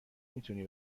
میتونی